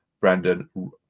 Brandon